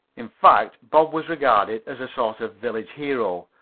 in fact, bob was regarded as a sort of village hero.